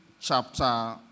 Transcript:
chapter